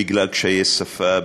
בגלל קשיי שפה,